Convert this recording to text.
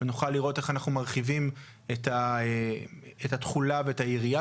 ונוכל לראות איך אנחנו מרחיבים את התחולה והיריעה